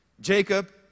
Jacob